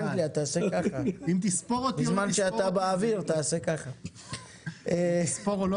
אם תספור אותי או לא תספור אותי,